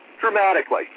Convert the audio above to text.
dramatically